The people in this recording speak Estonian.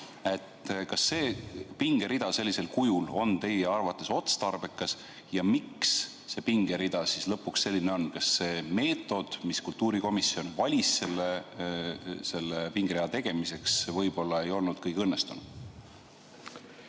Kas see pingerida sellisel kujul on teie arvates otstarbekas ja miks see pingerida siis lõpuks selline on? See meetod, mille kultuurikomisjon valis selle pingerea tegemiseks, võib-olla ei olnud kõige õnnestunum.